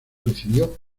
recibió